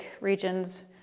regions